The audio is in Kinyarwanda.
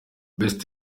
best